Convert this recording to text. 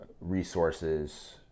resources